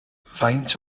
faint